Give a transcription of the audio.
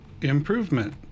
improvement